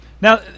now